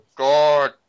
god